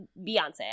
Beyonce